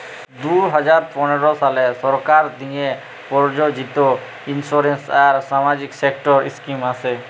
দু হাজার পলের সালে সরকার দিঁয়ে পরযোজিত ইলসুরেলস আর সামাজিক সেক্টর ইস্কিম আসে